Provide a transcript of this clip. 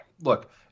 look